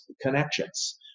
connections